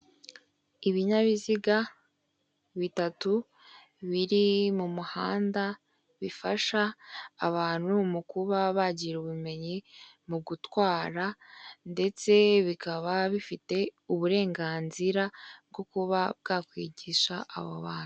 Ibinyabiziga bitatu biri mu muhanda bifasha abantu mu kuba bagira ubumenyi mu gutwara, ndetse bikaba bifite uburenganzira bwo kuba bwakwigisha abo bantu.